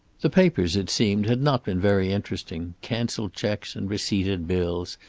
the papers, it seemed, had not been very interesting canceled checks and receipted bills,